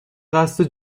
قصد